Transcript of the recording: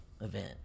event